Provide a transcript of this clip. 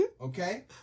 okay